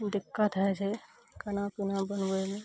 दिक्कत होइ छै खाना पीना बनबयमे